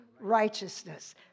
righteousness